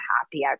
happy